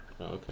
Okay